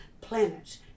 planet